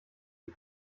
die